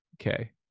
Okay